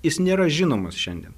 jis nėra žinomas šiandien